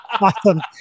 awesome